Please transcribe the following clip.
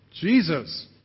Jesus